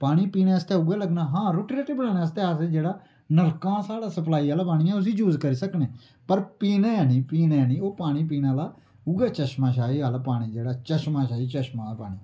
पानी पीनै आस्तै उऐ लग्गना हां रुट्टी रट्टी बनानै आस्तै अस जेह्ड़ा नलकां साढ़ा स्पलाई आह्ला पानी ऐ उसी ज़ूस करी सकने पर पीने नि पीने नि ओह् पानी पीने आह्ला उऐ चशमाशाही आह्ला पानी जेह्ड़ा चशमाशाही चशमा आह्ला पानी ऐ